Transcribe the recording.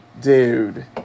Dude